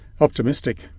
optimistic